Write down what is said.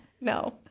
No